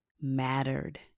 mattered